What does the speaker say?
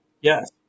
Yes